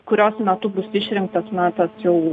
kurios metu bus išrinktas na tas jau